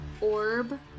Orb